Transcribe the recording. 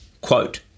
Quote